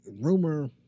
Rumor